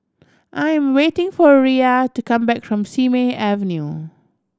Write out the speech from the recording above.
I am waiting for Riya to come back from Simei Avenue